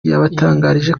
yabatangarije